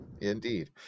indeed